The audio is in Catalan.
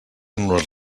nos